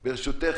ברשותך,